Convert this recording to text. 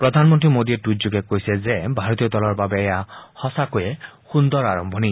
প্ৰধানমন্ত্ৰী মোদীয়ে টুইটযোগে কৈছে যে ভাৰতীয় দলৰ বাবে এয়া সঁচাকৈয়ে সুন্দৰ আৰম্ভণি